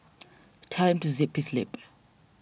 tell him to zip his lip